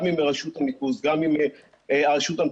גם עם רשות ניקוז,